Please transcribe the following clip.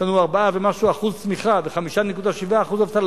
יש לנו 4% ומשהו צמיחה ו-5.7% אבטלה,